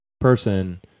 person